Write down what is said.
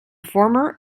former